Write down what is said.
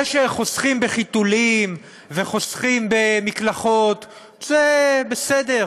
זה שחוסכים בחיתולים וחוסכים במקלחות זה בסדר.